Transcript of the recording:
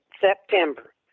September